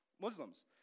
Muslims